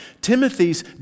Timothy's